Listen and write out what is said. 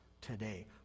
today